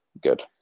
good